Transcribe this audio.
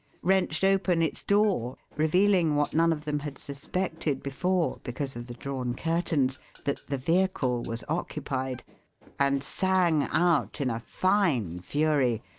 wrenched open its door, revealing what none of them had suspected before, because of the drawn curtains that the vehicle was occupied and sang out in a fine fury,